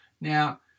Now